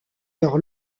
leur